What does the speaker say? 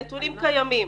הנתונים קיימים.